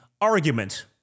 argument